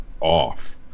off